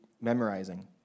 memorizing